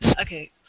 Okay